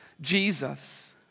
Jesus